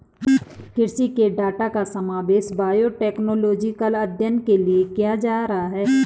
कृषि के डाटा का समावेश बायोटेक्नोलॉजिकल अध्ययन के लिए किया जा रहा है